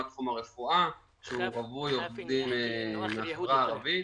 כמו תחום הרפואה שהוא רווי עובדים מהחברה הערבית.